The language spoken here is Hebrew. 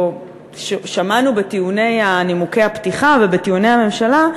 או שמענו בטיעוני נימוקי הפתיחה ובטיעוני הממשלה,